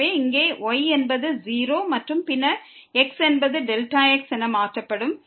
எனவே இங்கே y என்பது 0 மற்றும் பின்னர் x என்பது Δx என மாற்றப்படும்